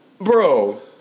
Bro